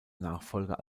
nachfolger